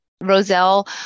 Roselle